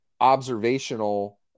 observational